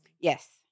Yes